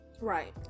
Right